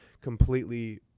completely